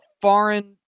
foreign